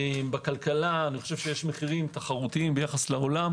בכלכלה יש מחירים תחרותיים ביחס לעולם